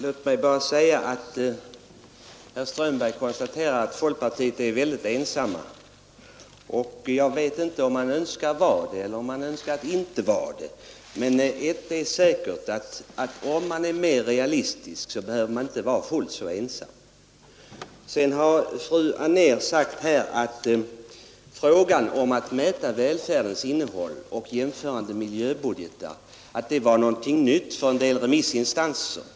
Herr talman! Herr Strömberg konstaterar att folkpartiet står ensamt bakom många reservationer. Jag vet inte om man önskar vara det eller inte, men ett är säkert, nämligen att man inte behöver vara fullt så ensam om man är realistisk. Fru Anér sade att frågan om att mäta välfärdens innehåll och jämförande miljöbudgeter var någonting nytt för en del remissinstanser.